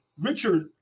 Richard